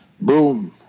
boom